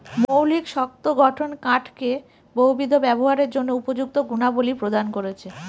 মৌলিক শক্ত গঠন কাঠকে বহুবিধ ব্যবহারের জন্য উপযুক্ত গুণাবলী প্রদান করেছে